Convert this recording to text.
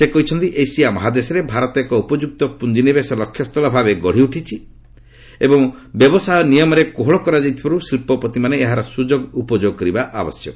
ସେ କହିଛନ୍ତି ଏସିଆ ମହାଦେଶରେ ଭାରତ ଏକ ଉପଯୁକ୍ତ ପୁଞ୍ଜିନିବେଶ ଲକ୍ଷ୍ୟସ୍ଥଳ ଭାବେ ଗଡିଉଠିଛି ଏବଂ ବ୍ୟବସାୟ ନିୟମରେ କୋହଳ କରାଯାଇଥିବାରୁ ଶିଳ୍ପପତିମାନେ ଏହାର ସୁଯୋଗ ଉପଯୋଗ କରିବା ଆବଶ୍ୟକ